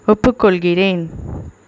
ஒப்புக்கொள்கிறேன்